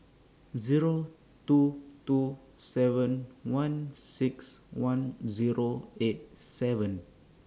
Zero two two seven one six one Zero eight seven